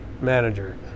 manager